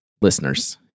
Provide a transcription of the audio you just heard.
listeners